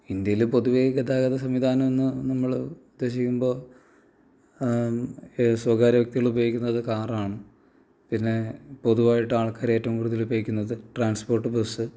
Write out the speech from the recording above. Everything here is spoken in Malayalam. ഇന്ത്യയിൽ പൊതുവേ ഗതാഗത സംവിധാനം എന്നു നമ്മൾ ഉദ്ദേശിക്കുമ്പോൾ സ്വകാര്യ വ്യക്തികൾ ഉപയോഗിക്കുന്നതു കാറാണ് പിന്നേ പൊതുവായിട്ട് ആൾക്കാർ ഏറ്റവും കൂടുതൽ ഉപയോഗിക്കുന്നത് ട്രാൻസ്പോർട്ട് ബസ്